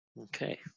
Okay